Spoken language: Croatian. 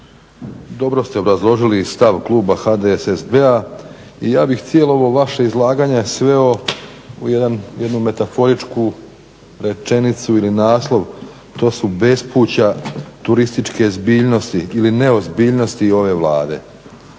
dobro ste obrazložili stav Kluba HDSSB-a i ja bih cijelo ovo vaše izlaganje sveo u jednu metaforičku rečenicu ili naslov, to su bespuća turističke zbiljnosti ili neozbiljnosti ove Vlade.